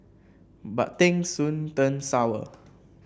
but things soon turned sour